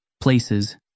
Places